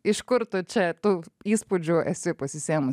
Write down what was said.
iš kur tu čia tu įspūdžių esi pasisėmus